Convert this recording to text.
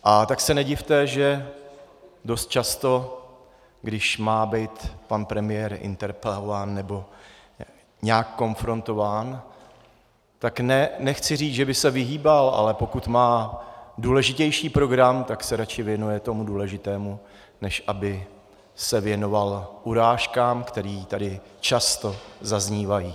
A tak se nedivte, že dost často, když má být pan premiér interpelován nebo nějak konfrontován, tak nechci říct, že by se vyhýbal, ale pokud má důležitější program, tak se radši věnuje tomu důležitému, než aby se věnoval urážkám, které tady často zaznívají.